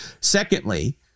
Secondly